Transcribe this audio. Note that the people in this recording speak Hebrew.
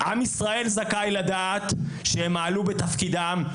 ועם ישראל זכאי לדעת שהם מעלו בתפקידם.